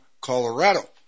Colorado